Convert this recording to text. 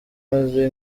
maze